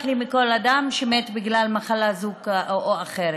לי מכל אדם שמת בגלל מחלה זו או אחרת,